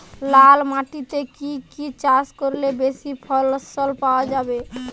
লাল মাটিতে কি কি চাষ করলে বেশি ফলন পাওয়া যায়?